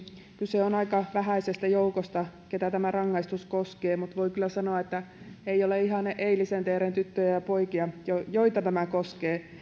kyse on aika vähäisestä joukosta keitä tämä rangaistus koskee mutta voi kyllä sanoa että nämä eivät ole eilisen teeren tyttöjä ja poikia joita tämä koskee